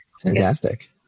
Fantastic